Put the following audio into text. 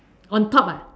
on top ah